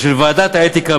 ושל ועדת האתיקה,